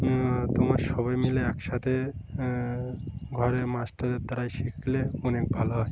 তোমার সবাই মিলে একসাথে ঘরে মাস্টারের দ্বারাই শিখলে অনেক ভালো হয়